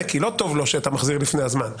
כי לא טוב לו שאתה מחזיר לפני הזמן.